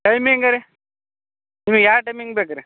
timing ರೀ ನಿಮಗೆ ಯಾವ ಟೈಮಿಂಗ್ ಬೇಕು ರೀ